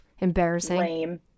Embarrassing